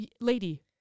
lady